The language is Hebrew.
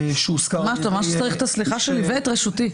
אתה ממש צריך את הסליחה שלי ואת רשותי.